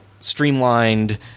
streamlined